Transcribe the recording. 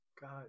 God